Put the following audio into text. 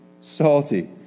salty